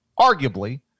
arguably